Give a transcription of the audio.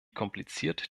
kompliziert